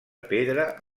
pedra